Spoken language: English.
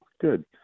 Good